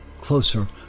Closer